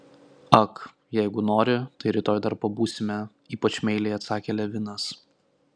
ak jeigu nori tai rytoj dar pabūsime ypač meiliai atsakė levinas